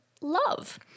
love